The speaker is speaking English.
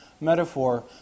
metaphor